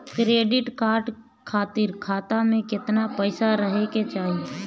Credit card खातिर खाता में केतना पइसा रहे के चाही?